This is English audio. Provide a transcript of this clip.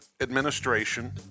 Administration